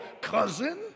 cousin